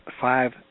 five